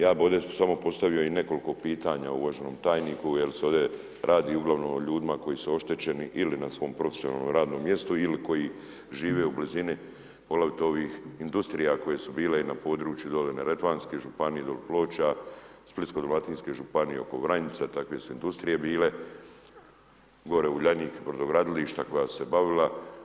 Ja bih ovdje samo postavio i nekoliko pitanja uvaženom tajniku jer se ovdje radi uglavnom o ljudima koji su oštećeni ili na svom profesionalnom radnom mjestu ili koji žive u blizini … ovih industrija koje su bile i na području dolje Neretvanske županije, dolje Ploča, Splitsko-dalmatinske županije oko Vranjica takve su industrije bile, gore Uljanik brodogradilišta koja su se bavila.